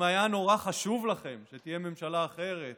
אם היה נורא חשוב לכם שתהיה ממשלה אחרת,